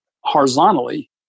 horizontally